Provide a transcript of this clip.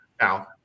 Now